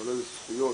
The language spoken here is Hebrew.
כולל זכויות,